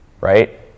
right